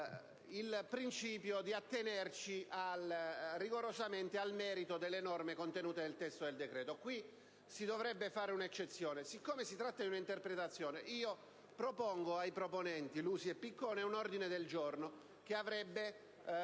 il principio di attenerci rigorosamente al merito delle norme contenute nel testo del decreto. Qui si dovrebbe fare un'eccezione. Poiché si tratta di un'interpretazione, propongo ai proponenti Lusi e Piccone di trasformare